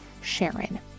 SHARON